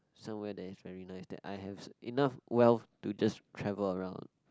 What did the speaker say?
somewhere there is very nice that I have enough wealth to just travel around